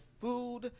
food